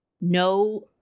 no